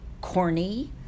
corny